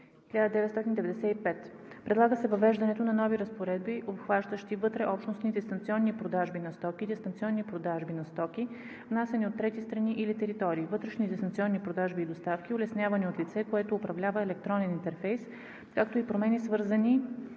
2019/1995. Предлага се въвеждането на нови разпоредби, обхващащи: вътреобщностни дистанционни продажби на стоки; дистанционни продажби на стоки внасяни от трети страни или територии; вътрешни дистанционни продажби и доставки, улеснявани от лице, което управлява електронен интерфейс, както и промени, свързани